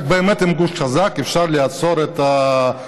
רק עם גוש חזק באמת אפשר לעצור את הממשלה,